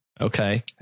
Okay